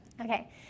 Okay